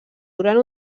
durant